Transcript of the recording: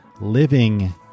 living